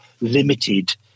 limited